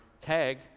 tag